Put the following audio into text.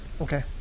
Okay